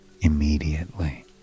immediately